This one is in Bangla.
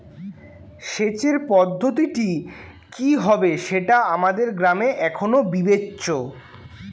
সেচের পদ্ধতিটি কি হবে সেটা আমাদের গ্রামে এখনো বিবেচ্য